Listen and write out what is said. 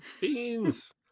beans